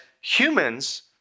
humans